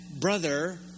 brother